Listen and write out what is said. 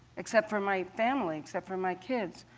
except for my family, except for my kids.